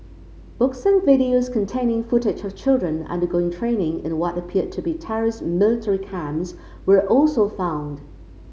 books and videos containing footage of children undergoing training in what appeared to be terrorist military camps were also found